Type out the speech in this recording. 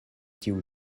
tiu